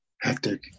hectic